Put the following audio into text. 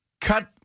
cut